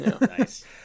Nice